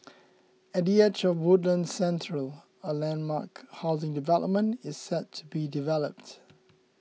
at the edge of Woodlands Central a landmark housing development is set to be developed